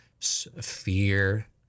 fear